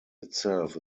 itself